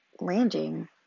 landing